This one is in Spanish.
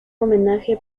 homenaje